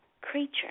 creature